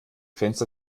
fenster